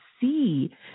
see